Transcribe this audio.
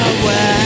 away